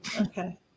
Okay